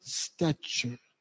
stature